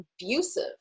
abusive